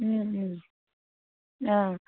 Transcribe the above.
অঁ